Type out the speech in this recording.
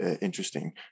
interesting